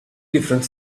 different